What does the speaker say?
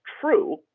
true